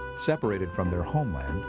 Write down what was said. separated from their homeland,